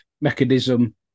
mechanism